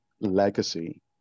legacy